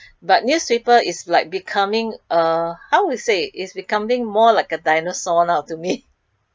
but newspaper is like becoming uh how to say is becoming more like a dinosaur lah to me